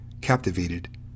Captivated